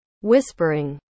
Whispering